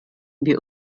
wir